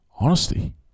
honesty